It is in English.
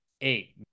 eight